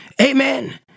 Amen